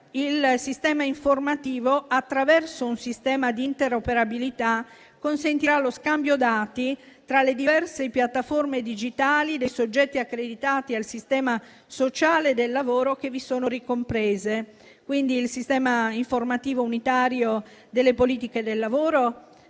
il sistema informativo, attraverso un sistema di interoperabilità, consentirà lo scambio dati tra le diverse piattaforme digitali dei soggetti accreditati al sistema sociale del lavoro che vi sono ricomprese: quindi, il sistema informativo unitario delle politiche del lavoro,